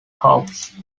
hawks